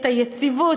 את היציבות.